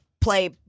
play